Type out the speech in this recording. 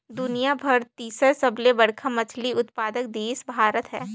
दुनिया कर तीसर सबले बड़खा मछली उत्पादक देश भारत हे